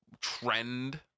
trend